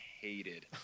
hated